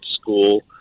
school